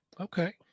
Okay